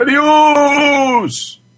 Adios